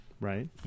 Right